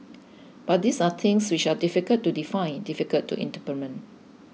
but these are things which are difficult to define difficult to implement